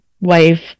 wave